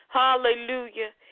hallelujah